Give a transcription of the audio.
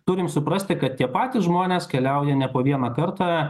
turim suprasti kad tie patys žmonės keliauja ne po vieną kartą